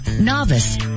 novice